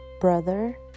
brother